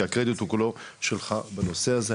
כי הקרדיט הוא כולו שלך בנושא הזה,